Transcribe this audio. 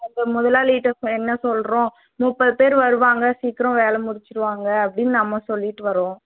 நம்ம அந்த முதலாளிட்ட என்ன சொல்கிறோம் முப்பது பேர் வருவாங்க சீக்கிரம் வேலை முடிச்சிடுவாங்க அப்படின்னு நம்ம சொல்லிவிட்டு வரோம்